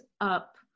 up